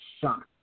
shocked